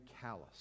callous